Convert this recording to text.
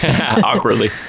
Awkwardly